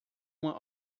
uma